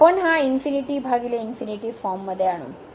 आपण हा ∞∞ फॉर्म मध्ये आणू